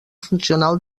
funcional